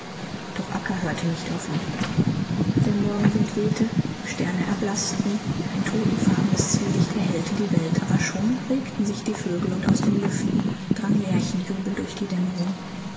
doch acca hörte nicht auf ihn der morgenwind wehte die sterne erblaßten ein todtenfarbenes zwielicht erhellte die welt aber schon regten sich die vögel und aus den lüften drang lerchenjubel durch die dämmerung